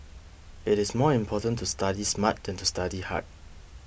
it is more important to study smart than to study hard